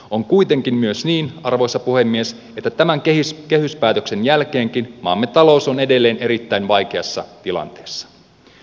on kuitenkin myös niin arvoisa puhemies että tämän kehyspäätöksen jälkeenkin maamme talous on edelleen erittäin vaikeassa tilanteessa